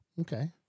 Okay